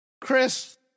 Chris